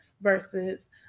versus